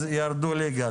אז ירדו ליגה.